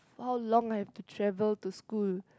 how long I have to travel to school